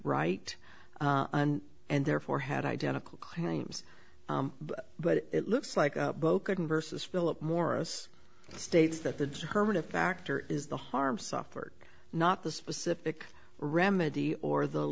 right and therefore had identical claims but it looks like a broken versus philip morris states that the hermit a factor is the harm suffered not the specific remedy or the